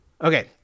Okay